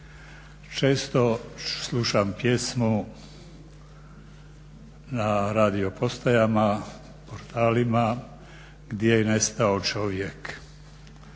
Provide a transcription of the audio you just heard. Često slušam pjesmu na radio postajama, portalima "Gdje je nestao čovjek",